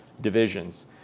divisions